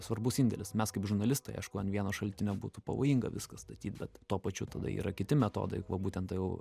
svarbus indėlis mes kaip žurnalistai aišku an vieno šaltinio būtų pavojinga viską statyt bet tuo pačiu tada yra kiti metodai kuo būtent jau